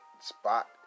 spot